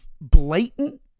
blatant